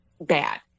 bad